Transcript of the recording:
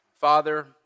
Father